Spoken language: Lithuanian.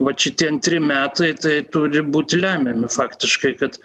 vat šitie antri metai tai turi būti lemiami faktiškai kad